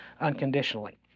unconditionally